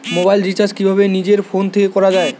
Mobile recharge কিভাবে নিজের phone থেকে করা য়ায়?